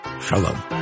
shalom